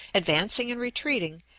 advancing and retreating,